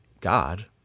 God